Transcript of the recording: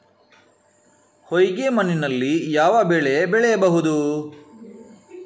ಹೊಯ್ಗೆ ಮಣ್ಣಿನಲ್ಲಿ ಯಾವ ಬೆಳೆ ಬೆಳೆಯಬಹುದು?